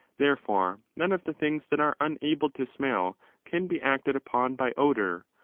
therefore none of the things that are unable to smell can be acted upon by odour,